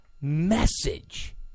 message